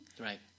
Right